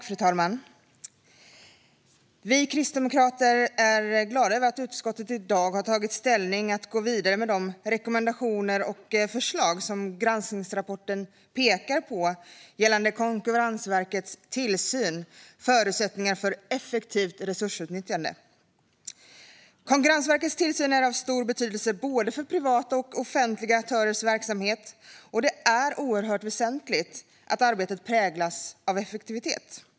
Fru talman! Vi kristdemokrater är glada över att utskottet i dag har tagit ställning för att gå vidare med de rekommendationer och förslag som granskningsrapporten pekar på gällande Konkurrensverkets tillsyn och förutsättningar för effektivt resursutnyttjande. Konkurrensverkets tillsyn är av stor betydelse för både privata och offentliga aktörers verksamhet. Det är oerhört väsentligt att arbetet präglas av effektivitet.